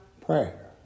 prayer